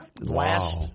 Last